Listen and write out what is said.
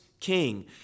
king